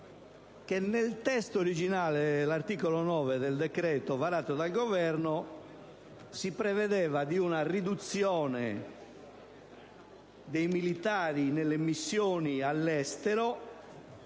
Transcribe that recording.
che nel testo originale dell'articolo 9 del decreto varato dal Governo si prevedeva una riduzione dei militari nelle missioni all'estero